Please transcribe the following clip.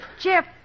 Jeff